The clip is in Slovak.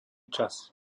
čas